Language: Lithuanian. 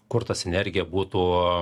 kur ta sinergija būtų